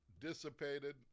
dissipated